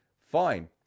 Fine